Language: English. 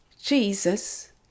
Jesus